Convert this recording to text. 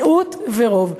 מיעוט ורוב.